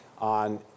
on